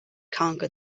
conquer